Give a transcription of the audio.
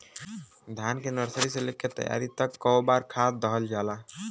धान के नर्सरी से लेके तैयारी तक कौ बार खाद दहल जाला?